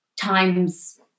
times